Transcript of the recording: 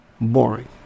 boring